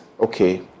Okay